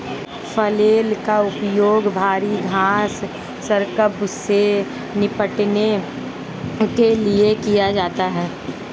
flail का उपयोग भारी घास स्क्रब से निपटने के लिए किया जाता है